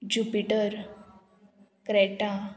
jupiter Creta